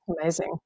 Amazing